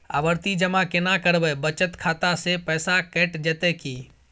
आवर्ति जमा केना करबे बचत खाता से पैसा कैट जेतै की?